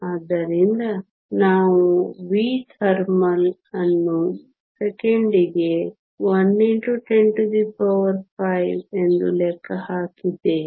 ಆದ್ದರಿಂದ ನಾವು v thermal ಅನ್ನು ಸೆಕೆಂಡಿಗೆ 1 x 105 ಎಂದು ಲೆಕ್ಕ ಹಾಕಿದ್ದೇವೆ